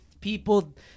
people